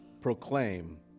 proclaim